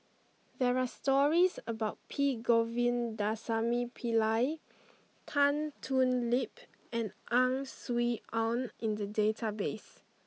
there are stories about P Govindasamy Pillai Tan Thoon Lip and Ang Swee Aun in the database